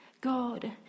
God